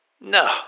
No